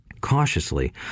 cautiously